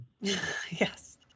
Yes